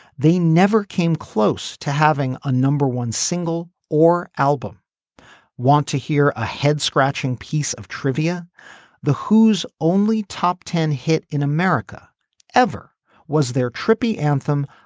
they never came close to having a number one single or album want to hear a head scratching piece of trivia the who's only top ten hit in america ever was their trippy anthem.